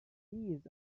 trees